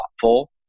thoughtful